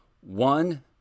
One